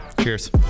Cheers